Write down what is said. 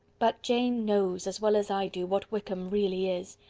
but jane knows, as well as i do, what wickham really is.